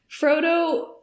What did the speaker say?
Frodo